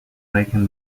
making